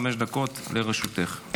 חמש דקות לרשותך.